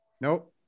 nope